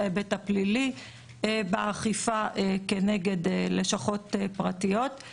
ההיבט הפלילי באכיפה כנגד לשכות פרטיות.